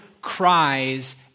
cries